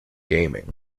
gaming